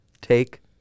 take